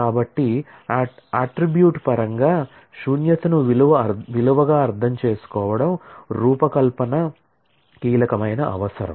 కాబట్టి అట్ట్రిబ్యూట్ పరంగా శూన్యతను విలువగా అర్థం చేసుకోవడం రూపకల్పనకు కీలకమైన అవసరం